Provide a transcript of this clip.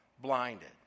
blinded